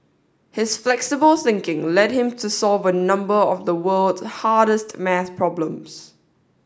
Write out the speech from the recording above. his flexible thinking led him to solve a number of the world's hardest maths problems